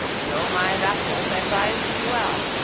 so my vassals advised me well,